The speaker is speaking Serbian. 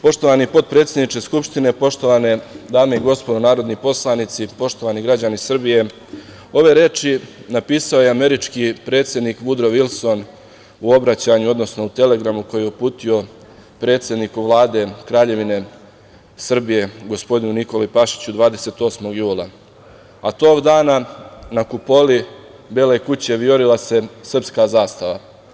Poštovani potpredsedniče Skupštine, poštovane dame i gospodo narodni poslanici, poštovani građani Srbije, ove reči napisao je američki predsednik Vudro Vilson u obraćanju, odnosno u telegramu koji je uputio predsedniku Vlade Kraljevine Srbije, gospodinu Nikoli Pašiću 28. jula, a tog dana, na kupoli Bele kuće viorila se srpska zastava.